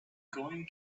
going